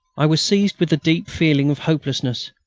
i was seized with a deep feeling of hopelessness.